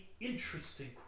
interesting